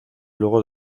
luego